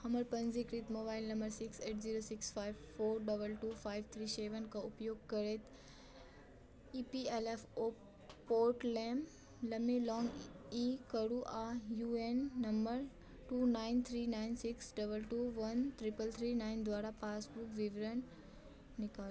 अपन पञ्जीकृत mobile number six eight zero six five four double two five three seven कऽ उपयोग करैत E P L F O पोर्टलमे लमे लॉग इन करू आ U A N number two nine three nine six double two one triple three nine द्वारा पासबुक विवरण निकालू